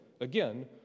again